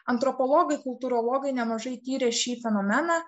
antropologai kultūrologai nemažai tyrė šį fenomeną